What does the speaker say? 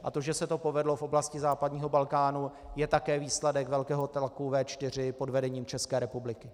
A to, že se to povedlo v oblasti západního Balkánu, je také výsledek velkého tlaku V4 pod vedením České republiky.